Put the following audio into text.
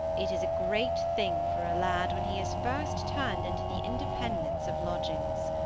it is a great thing for a lad when he is first turned into the independence of lodgings.